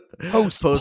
Post